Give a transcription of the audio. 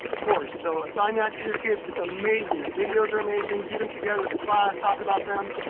course. so assign that to your kids, it's amazing. the videos are amazing. do them together as a class. talk about them.